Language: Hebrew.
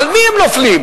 על מי הם נופלים?